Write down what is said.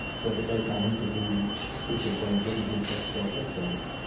so that they can intervene if and when britain's interests are jeopardised.